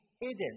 hidden